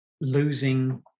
losing